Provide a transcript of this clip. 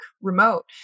remote